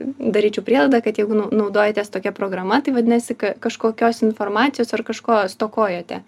daryčiau prielaidą kad jeigu nau naudojatės tokia programa tai vadinasi kažkokios informacijos ar kažko stokojote